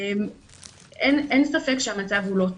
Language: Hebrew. אין ספק שהמצב הוא לא טוב.